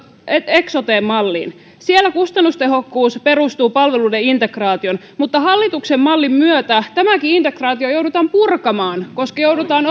eksote malliin siellä kustannustehokkuus perustuu palveluiden integraatioon mutta hallituksen mallin myötä tämäkin integraatio joudutaan purkamaan koska joudutaan